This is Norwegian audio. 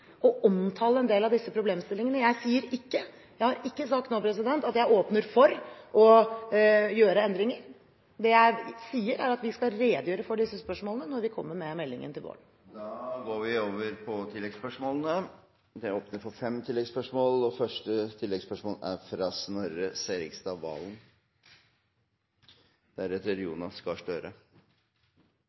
å omtale en del av disse problemstillingene. Jeg har ikke sagt nå at jeg åpner for å gjøre endringer. Det jeg sier, er at vi skal redegjøre for disse spørsmålene når vi kommer med meldingen til våren. Det blir gitt anledning til oppfølgingsspørsmål – først Snorre Serigstad Valen. Nå håper jeg vi